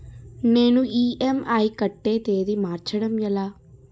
నేను ఇ.ఎం.ఐ కట్టే తేదీ మార్చడం ఎలా?